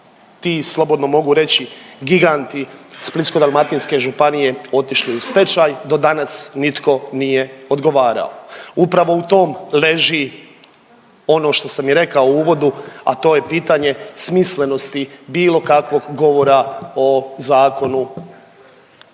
ti slobodno mogu reći giganti Splitsko-dalmatinske županije otišli u stečaj do danas nitko nije odgovarao. Upravo u tom leži ono što sam i rekao u uvodu, a to je pitanje smislenosti bilo kakvog govora o zakonu